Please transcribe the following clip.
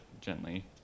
gently